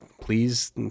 please